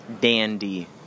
dandy